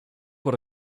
what